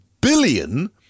billion